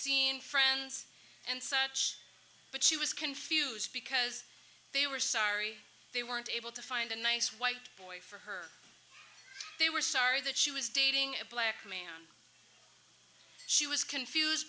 seen friends and such but she was confused because they were sorry they weren't able to find a nice white boy for her they were sorry that she was dating a black man she was confused